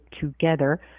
together